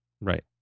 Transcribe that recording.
Right